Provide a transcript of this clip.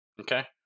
Okay